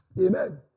Amen